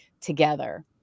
together